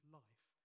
life